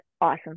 awesome